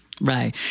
Right